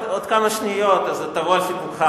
אם תישאר עוד כמה שניות תבוא על סיפוקך,